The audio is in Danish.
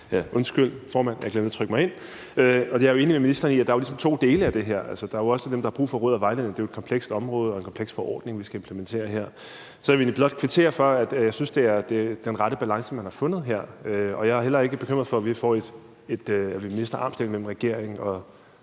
Lindgreen (RV): Undskyld, formand, jeg glemte at trykke mig ind. Jeg er enig med ministeren i, at der ligesom er to dele af det her. Der er også dem, der har brug for råd og vejledning, for det er jo et komplekst område og en kompleks forordning, vi skal implementere her. Så jeg vil egentlig blot kvittere for det, for jeg synes, det er den rette balance, man har fundet her, og jeg er heller ikke bekymret for, at vi mister armslængden mellem regeringen og